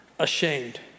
Ashamed